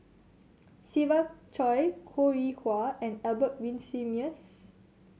Siva Choy Ho Rih Hwa and Albert Winsemius